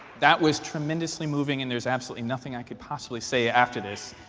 that was tremendously moving. and there's absolutely nothing i could possibly say after this,